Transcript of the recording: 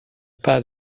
pas